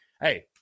hey